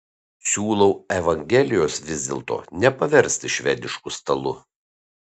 siūlau evangelijos vis dėlto nepaversti švedišku stalu